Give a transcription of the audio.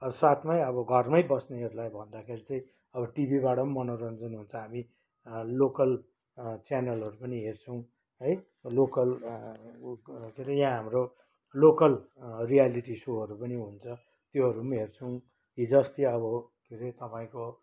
साथमै अब घरमै बस्नेहरूलाई भन्दाखेरि चाहिँ अब टिभीबाट पनि मनोरन्जन हुन्छ हामी लोकल च्यानलहरू पनि हेर्छौँ है लोकल के अरे यहाँ हाम्रो लोकल रियालिटी सोहरू पनि हुन्छ त्योहरू पनि हेर्छौँ हिजो अस्ति अब के अरे तपाईँको